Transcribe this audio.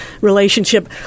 relationship